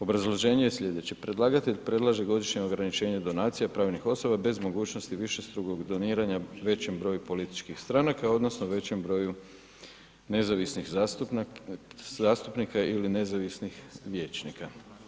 Obrazloženje je sljedeće, predlagatelj predlaže godišnje ograničenje donacija pravnih osoba bez mogućnosti višestrukog doniranja većem broju političkih stranaka, odnosno većem broju nezavisnih zastupnika ili nezavisnih vijećnika.